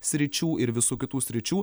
sričių ir visų kitų sričių